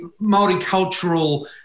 multicultural